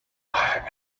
hire